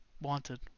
wanted